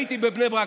הייתי בבני ברק,